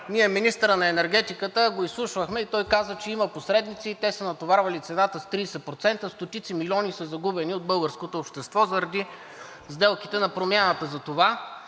ние министъра на енергетиката го изслушвахме и той каза, че има посредници и те са натоварвали цената с 30%, стотици милиони са загубени от българското общество заради сделките на Промяната. Затова